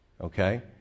Okay